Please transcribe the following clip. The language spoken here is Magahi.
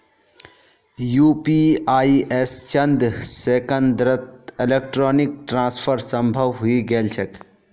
यू.पी.आई स चंद सेकंड्सत इलेक्ट्रॉनिक ट्रांसफर संभव हई गेल छेक